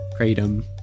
Kratom